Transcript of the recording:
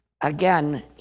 Again